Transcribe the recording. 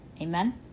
amen